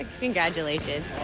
Congratulations